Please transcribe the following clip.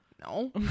No